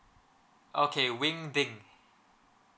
okay wing ting